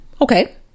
okay